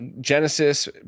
Genesis